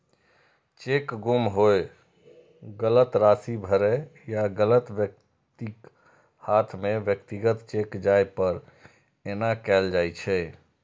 cheque गुम होय, गलत राशि भरै या गलत व्यक्तिक हाथे मे व्यक्तिगत चेक जाय पर एना कैल जाइ छै